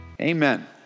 Amen